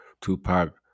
Tupac